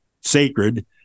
sacred